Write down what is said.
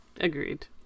Agreed